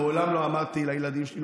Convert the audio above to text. מעולם לא אמרתי לילדים שלי,